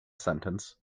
sentence